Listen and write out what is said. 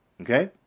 okay